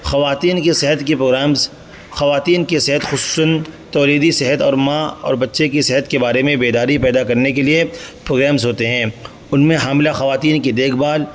خواتین کی صحت کے پروگرامز خواتین کے صحت خصوصاً تولیدی صحت اور ماں اور بچے کی صحت کے بارے میں بیداری پیدا کرنے کے لیے پروگرامز ہوتے ہیں ان میں حاملہ خواتین کی دیکھ بھال